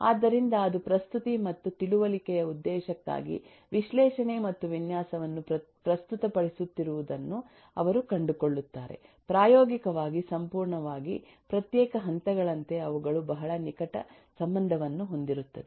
ಆದ್ದರಿಂದ ಅದು ಪ್ರಸ್ತುತಿ ಮತ್ತು ತಿಳುವಳಿಕೆಯ ಉದ್ದೇಶಕ್ಕಾಗಿ ವಿಶ್ಲೇಷಣೆ ಮತ್ತು ವಿನ್ಯಾಸವನ್ನು ಪ್ರಸ್ತುತಪಡಿಸುತ್ತಿರುವುದನ್ನು ಅವರು ಕಂಡುಕೊಳ್ಳುತ್ತಾರೆ ಪ್ರಾಯೋಗಿಕವಾಗಿ ಸಂಪೂರ್ಣವಾಗಿ ಪ್ರತ್ಯೇಕ ಹಂತಗಳಂತೆ ಅವುಗಳು ಬಹಳ ನಿಕಟ ಸಂಬಂಧವನ್ನು ಹೊಂದಿರುತ್ತವೆ